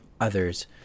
others